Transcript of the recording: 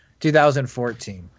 2014